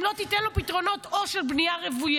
אם לא תיתן לו פתרונות או של בנייה רוויה,